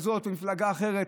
מפלגה כזאת או מפלגה אחרת,